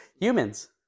Humans